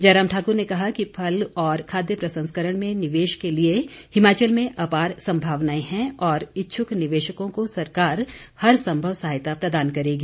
जयराम ठाकुर ने कहा कि फल और खाद्य प्रसंस्करण में निवेश के लिए हिमाचल में अपार संभावनाएं हैं और इच्छुक निवेशकों को सरकार हर संभव सहायता प्रदान करेगी